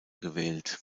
gewählt